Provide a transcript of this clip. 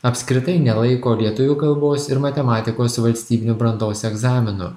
apskritai nelaiko lietuvių kalbos ir matematikos valstybinių brandos egzaminų